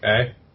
Okay